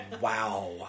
Wow